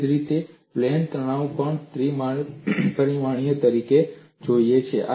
એ જ રીતે પ્લેન તણાવ પણ ત્રિ પરિમાણીય તરીકે જુએ છે